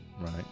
Right